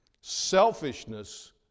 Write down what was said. Selfishness